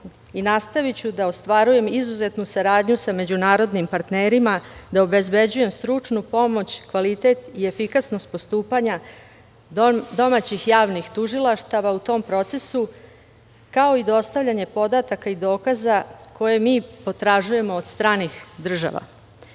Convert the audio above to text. i nastaviću da ostvarujem izuzetnu saradnju sa međunarodnim partnerima, da obezbeđujem stručnu pomoć, kvalitet i efikasnost postupanja domaćih javnih tužilaštava u tom procesu, kao i dostavljanje podataka i dokaza koje mi potražujemo od stranih država. Iako